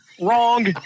Wrong